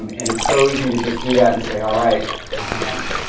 um and it's so easy to just do that. and say, all right we're done,